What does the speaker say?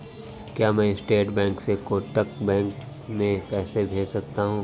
क्या मैं state bank से कोटक बैंक में पैसे भेज सकता हूँ?